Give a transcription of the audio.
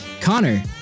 Connor